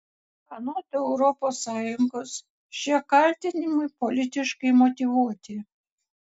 anot europos sąjungos šie kaltinimai politiškai motyvuoti